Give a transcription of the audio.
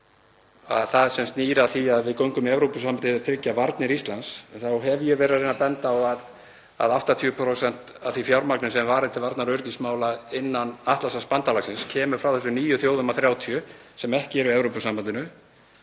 það sem snýr að því að við göngum í Evrópusambandið til að tryggja varnir Íslands þá hef ég verið að benda á að 80% af því fjármagni sem er varið til varnar- og öryggismála innan Atlantshafsbandalagsins kemur frá þessum 9 þjóðum af 30 sem ekki eru í Evrópusambandinu.